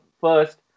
first